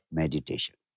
meditation